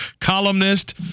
columnist